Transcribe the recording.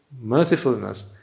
mercifulness